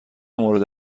مورد